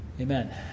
Amen